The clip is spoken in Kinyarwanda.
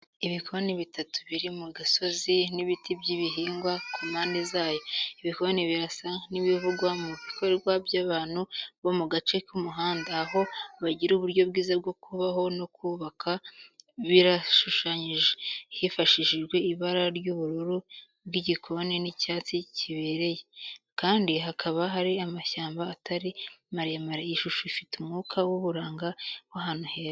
Ibikoni bitatu biri mu gasozi, n'ibiti by'ibihingwa ku mpande zayo. Ibikoni birasa n'ibivugwa mu bikorwa by'abantu bo mu gace k'umuhanda, aho bagira uburyo bwiza bwo kubaho no kubaka. Birashushanyije hifashishijwe ibara ry'ubururu bw'igikoni n'icyatsi kibereye, kandi hakaba hari amashyamba atari maremare. Iyi shusho ifite umwuka w'uburanga w'ahantu heza.